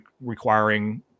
requiring